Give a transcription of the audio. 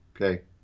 Okay